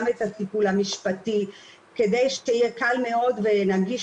גם את הטיפול המשפטי כדי שיהיה קל מאוד ונגיש